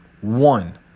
One